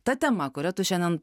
ta tema kuria tu šiandien